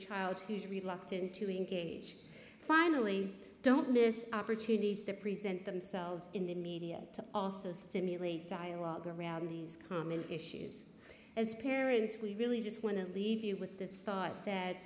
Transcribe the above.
child who is reluctant to engage finally don't miss opportunities that present themselves in the media to also stimulate dialogue around these common issues as parents we really just want to leave you with this thought that